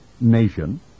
nation